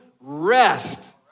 rest